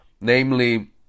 namely